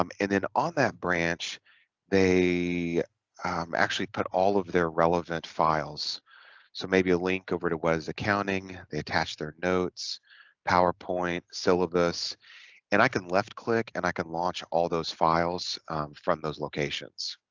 um and then on that branch they um actually put all of their relevant files so maybe a link over it it was accounting they attached their notes powerpoint syllabus and i can left click and i can launch all those files from those locations